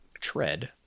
tread